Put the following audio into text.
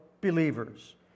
believers